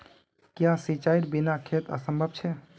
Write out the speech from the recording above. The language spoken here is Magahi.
क्याँ सिंचाईर बिना खेत असंभव छै?